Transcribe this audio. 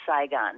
Saigon